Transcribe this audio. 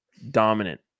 Dominant